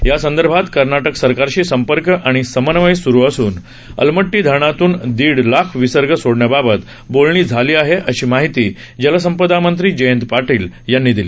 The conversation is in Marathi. यासंदर्भात कर्नाटक सरकारशी संपर्क आणि समन्वय सुरू असून अलमट्टी धरणातून दीड लाख विसर्ग सोडण्याबाबत बोलणी झाली आहेत अशी माहिती जलसंपदामंत्री जयंत पाटील यांनी दिली